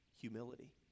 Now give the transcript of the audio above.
Humility